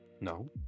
No